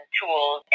tools